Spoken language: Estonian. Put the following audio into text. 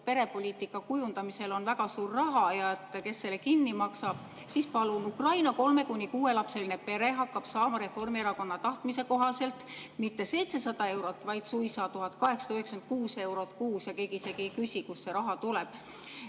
perepoliitika kujundamisel väga suur raha ja kes selle kinni maksab, siis palun: Ukraina kolme kuni kuue lapsega pere hakkab saama Reformierakonna tahtmise kohaselt mitte 700 eurot, vaid suisa 1896 eurot kuus – ja keegi isegi ei küsi, kust see raha tuleb.